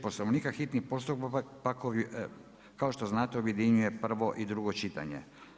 Poslovnika hitni postupak kao što znate objedinjuje prvo i drugo čitanje.